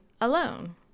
alone